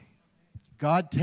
God